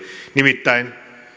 nimittäin